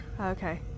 Okay